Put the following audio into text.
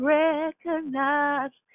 recognize